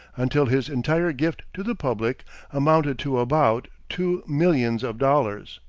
until his entire gift to the public amounted to about two millions of dollars.